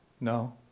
No